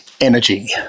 energy